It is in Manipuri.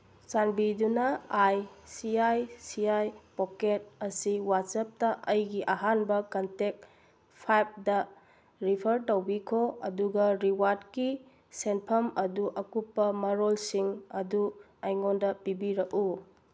ꯆꯥꯟꯕꯤꯗꯨꯅ I C I C I pocket ꯑꯁꯤ ꯋꯥꯆꯦꯞꯇ ꯑꯩꯒꯤ ꯑꯍꯥꯟꯕ ꯀꯟꯇꯦꯛ ꯐꯥꯏꯚꯗ ꯔꯤꯐꯔ ꯇꯧꯕꯤꯈꯣ ꯑꯗꯨꯒ ꯔꯤꯋꯥꯔꯠꯀꯤ ꯁꯦꯟꯐꯝ ꯑꯗꯨ ꯑꯀꯨꯞꯄ ꯃꯔꯣꯜꯁꯤꯡ ꯑꯗꯨ ꯑꯩꯉꯣꯟꯗ ꯄꯤꯕꯤꯔꯛꯎ